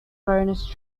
bonus